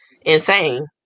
insane